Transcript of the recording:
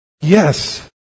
Yes